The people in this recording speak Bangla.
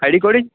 ডাইরি করে